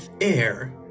air